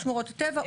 חוק שמורות הטבע.